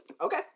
Okay